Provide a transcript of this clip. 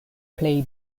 plej